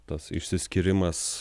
tas išsiskyrimas